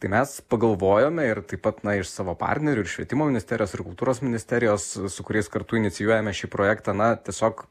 tai mes pagalvojome ir taip pat na iš savo partnerių iš švietimo ministerijos kultūros ministerijos su kuriais kartu inicijuojame šį projektą na tiesiog